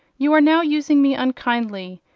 you are now using me unkindly.